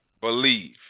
believe